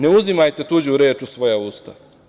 Ne uzimajte tuđu reč u svoja usta.